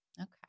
okay